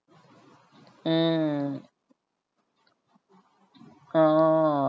uh oo